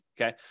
okay